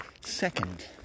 second